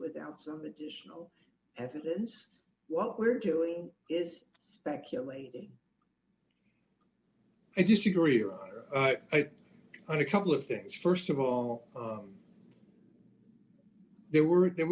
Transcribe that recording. without some additional evidence what we're doing is speculating i disagree on a couple of things st of all there were there